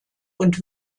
und